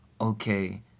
okay